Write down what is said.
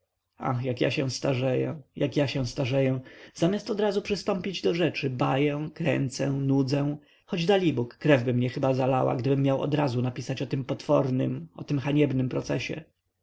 ach jak ja się starzeję jak ja się starzeję zamiast odrazu przystąpić do rzeczy baję kręcę nudzę choć dalibóg krewby mnie chyba zalała gdybym miał odrazu napisać o tym potwornym o tym haniebnym procesie